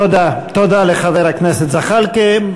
תודה לחבר הכנסת זחאלקה.